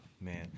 man